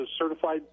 certified